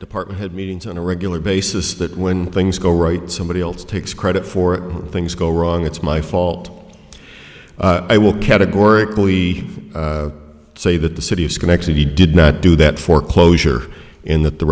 department had meetings on a regular basis that when things go right somebody else takes credit for things go wrong it's my fault i will categorically say that the city of schenectady did not do that for closure in that the